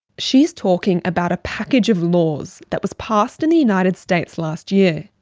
she's talking about a package of laws that was passed in the united states last year.